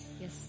yes